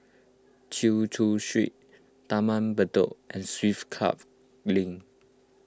Chin Chew Street Taman Bedok and Swiss Club Link